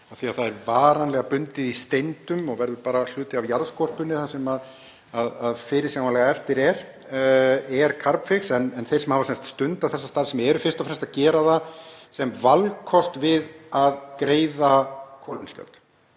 því að það er varanlega bundið í steindum og verður hluti af jarðskorpunni, það sem er fyrirsjáanlega eftir er Carbfix. En þeir sem hafa stundað þessa starfsemi eru fyrst og fremst að gera það sem valkost við að greiða kolefnisgjöld.